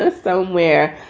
ah somewhere,